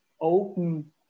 open